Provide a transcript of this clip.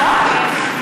נכון.